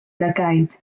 lygaid